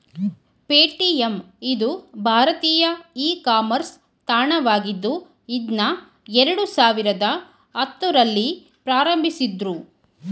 Paytm ಇದು ಭಾರತೀಯ e commerce ತಾಣವಾಗಿದ್ದು ಇದ್ನಾ ಎರಡು ಸಾವಿರದ ಹತ್ತುರಲ್ಲಿ ಪ್ರಾರಂಭಿಸಿದ್ದ್ರು